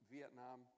Vietnam